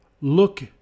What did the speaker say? look